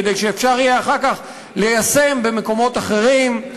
כדי שאפשר יהיה אחר כך ליישם במקומות אחרים.